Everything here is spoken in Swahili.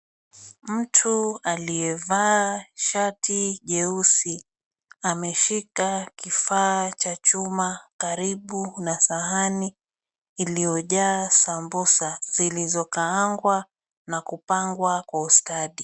Mtu aliyevaa shati jeusi ameshika kifaa cha chuma karibu na sahani iliyojaa sambusa zilizokaangwa na kupangwa kwa ustadi.